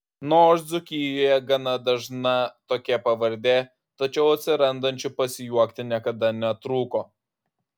nors dzūkijoje gana dažna tokia pavardė tačiau atsirandančių pasijuokti niekada netrūko